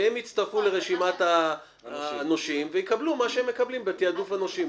והם יצטרפו לרשימת הנושים ויקבלו מה שהם מקבלים בתעדוף הנושים.